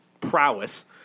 prowess